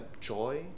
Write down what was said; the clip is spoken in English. joy